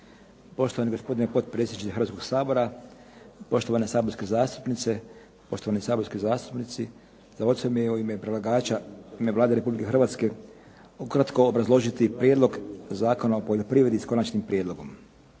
poštovani gospodine potpredsjedniče Hrvatskoga sabora, poštovane saborske zastupnice i zastupnici. Zadovoljstvo mi je u ime Vlade Republike Hrvatske ukratko obrazložiti Prijedlog zakona o poljoprivredi s konačnim prijedlogom.